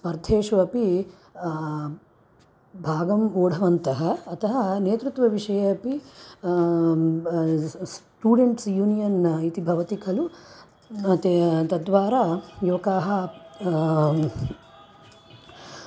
स्पर्धेषु अपि भागम् ऊढवन्तः अतः नेतृत्वविषये अपि स् स् स्टूडेण्ट्स् यूनियन् इति भवति खलु ते तद्वारा युवकाः